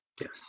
Yes